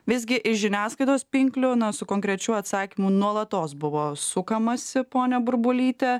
visgi iš žiniasklaidos pinklių na su konkrečiu atsakymu nuolatos buvo sukamasi ponia burbulyte